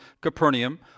Capernaum